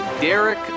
Derek